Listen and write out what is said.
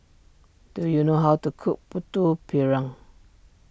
do you know how to cook Putu Piring